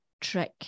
trick